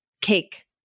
cake